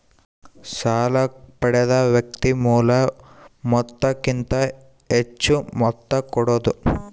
ಸಾಲ ಪಡೆದ ವ್ಯಕ್ತಿ ಮೂಲ ಮೊತ್ತಕ್ಕಿಂತ ಹೆಚ್ಹು ಮೊತ್ತ ಕೊಡೋದು